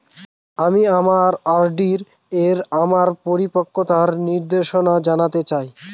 আমি আমার আর.ডি এর আমার পরিপক্কতার নির্দেশনা জানতে চাই